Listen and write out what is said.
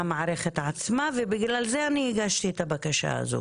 המכתב שלך ובגלל כבודך עוד לא עניתי לך,